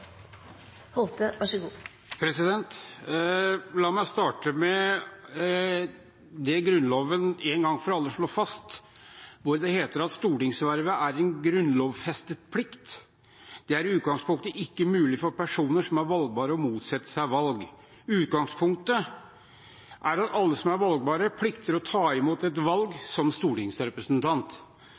en grunnlovfestet plikt. Det er i utgangspunktet ikke mulig for personer som er valgbare, å motsette seg valg. Utgangspunktet er at alle som er valgbare, plikter å ta imot et valg som stortingsrepresentant.